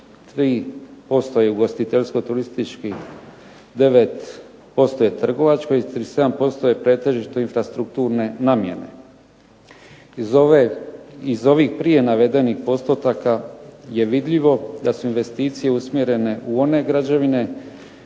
3% je ugostiteljsko-turistički, 9% je trgovačko i 37% je pretežito infrastrukturne namjene. Iz ovih prije navedenih postotaka je vidljivo da su investicije usmjerene u one građevine